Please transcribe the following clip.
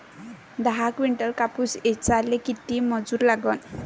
दहा किंटल कापूस ऐचायले किती मजूरी लागन?